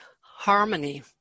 harmony